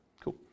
Cool